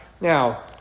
Now